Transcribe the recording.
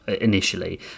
initially